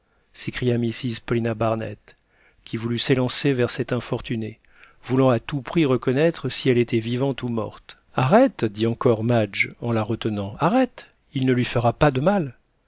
s'écria mrs paulina barnett qui voulut s'élancer vers cette infortunée voulant à tout prix reconnaître si elle était vivante ou morte arrête dit encore madge en la retenant arrête il ne lui fera pas de mal